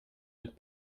mit